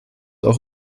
auch